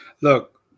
Look